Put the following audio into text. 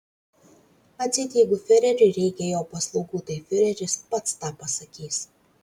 atseit jeigu fiureriui reikia jo paslaugų tai fiureris pats tą pasakys